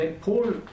Paul